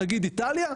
נגיד איטליה,